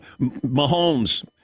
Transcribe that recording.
Mahomes